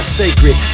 sacred